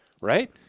Right